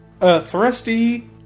Thrusty